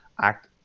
act